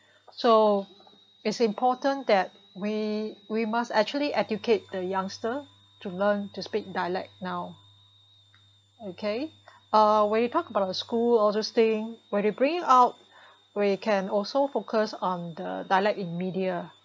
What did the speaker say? so it's important that we we must actually educate the youngster to learn to speak dialect now okay ah when you talk about our schools all those thing where they bring out where you can also focus on the dialect in media